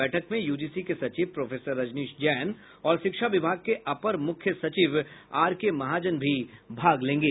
बैठक में यूजीसी के सचिव प्रोफेसर रजनीश जैन और शिक्षा विभाग के अपर मुख्य सचिव आरके महाजन भी भाग लेंगे